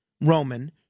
Roman